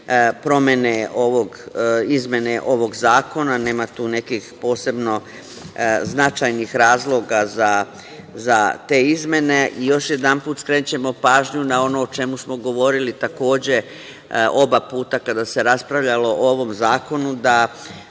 promene, izmene ovog zakona. Nema tu nekih posebno značajnih razloga za te izmene. Još jedanput skrećemo pažnju na ono o čemu smo govorili, takođe oba puta kada se raspravljalo o ovom zakonu, da